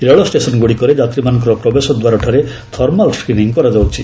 ରେଳ ଷ୍ଟେସନ୍ଗ୍ରଡ଼ିକରେ ଯାତ୍ରୀମାନଙ୍କର ପ୍ରବେଶ ଦ୍ୱାରଠାରେ ଥର୍ମାଲ ସ୍କ୍ରିନିଂ କରାଯାଉଛି